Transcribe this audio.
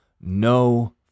no